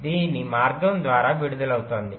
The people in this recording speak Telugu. దీని మార్గం ద్వారా విడుదలవుతోంది